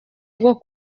bwo